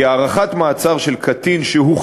(תיקון מס' 17) כי הארכת מעצר של קטין שהוכרע